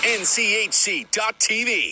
nchc.tv